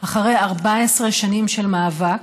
אחרי 14 שנים של מאבק.